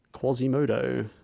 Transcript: Quasimodo